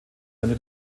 seine